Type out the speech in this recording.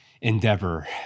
endeavor